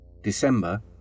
December